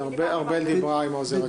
ארבל דיברה עם העוזרת שלו.